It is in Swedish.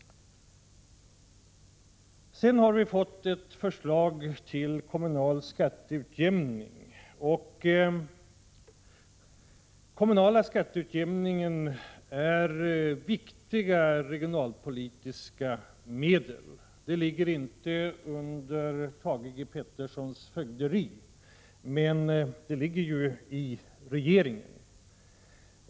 Vidare har vi fått ett förslag till kommunal skatteutjämning. Kommunal skatteutjämning är ett viktigt regionalpolitiskt medel. Det ligger inte under Thage Petersons fögderi. Men det ligger ju inom regeringens fögderi.